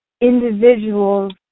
individuals